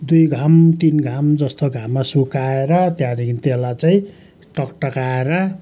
दुई घाम तिन घाम जस्तो घाममा सुकाएर त्यहाँदेखि त्यसलाई चाहिँ टकटकाएर